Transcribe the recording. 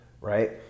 Right